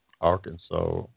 Arkansas